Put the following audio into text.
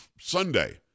Sunday